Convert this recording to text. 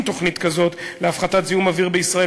תוכנית כזאת להפחתת זיהום אוויר בישראל,